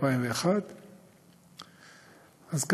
2001. אז,